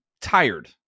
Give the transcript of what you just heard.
tired